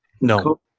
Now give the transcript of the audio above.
No